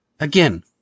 Again